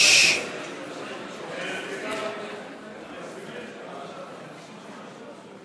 אתה אחראי רק להסכמים מצד שמולי.